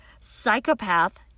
psychopath